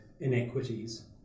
inequities